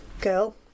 girl